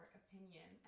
opinion